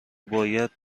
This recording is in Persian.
باید